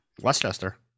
Westchester